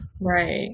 Right